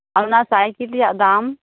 ᱟᱨ ᱚᱱᱟ ᱥᱟᱭᱠᱮᱞ ᱨᱮᱭᱟᱜ ᱫᱟᱢ